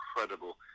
incredible